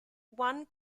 one